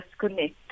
disconnect